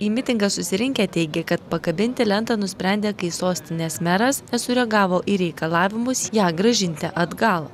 į mitingą susirinkę teigė kad pakabinti lentą nusprendė kai sostinės meras nesureagavo į reikalavimus ją grąžinti atgal